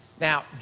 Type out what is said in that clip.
Now